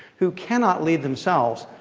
who cannot lead themselves,